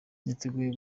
niteguye